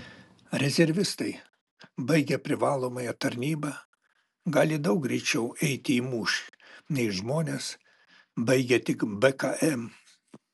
rezervistai baigę privalomąją tarnybą gali daug greičiau eiti į mūšį nei žmonės baigę tik bkm